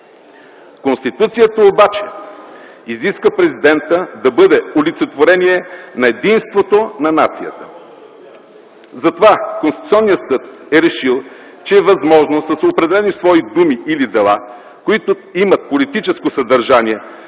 Конституцията, обаче, изисква президентът да бъде олицетворение на единството на нацията. Затова Конституционният съд е решил, че е възможно с определени свои думи или дела, които имат политическо съдържание,